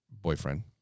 boyfriend